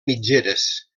mitgeres